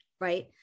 Right